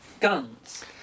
guns